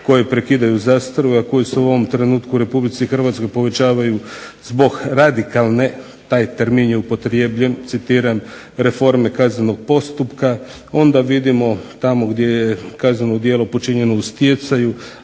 koje prekidaju zastaru a koje se u ovom trenutku u Republici Hrvatskoj povećavaju zbog radikalne, taj termin je upotrebljen citiram reforme kaznenog postupka onda vidimo tamo gdje je kazneno djelo počinjeno u stjecaju